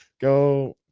Go